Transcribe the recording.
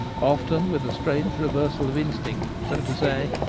often, with a strange reversal of instinct, so to say,